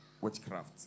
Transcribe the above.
witchcraft